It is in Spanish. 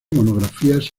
monografías